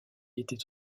étaient